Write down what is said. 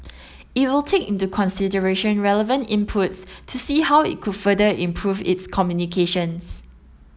it will take into consideration relevant inputs to see how it could further improve its communications